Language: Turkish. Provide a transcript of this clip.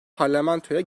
parlamentoya